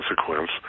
consequence